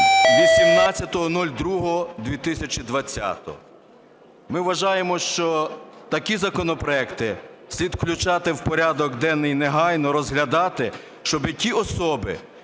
18.02.2020. Ми вважаємо, що такі законопроекти слід включати в порядок денний негайно, розглядати, щоб і ті особи,